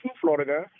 Florida